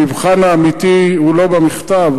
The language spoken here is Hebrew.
המבחן האמיתי הוא לא במכתב,